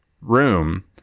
room